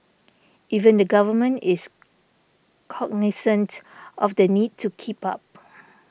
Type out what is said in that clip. even the government is cognisant of the need to keep up